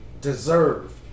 deserve